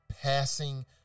passing